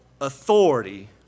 authority